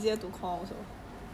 or just chinese name